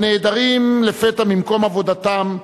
הנעדרים לפתע ממקום עבודתם,